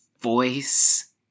voice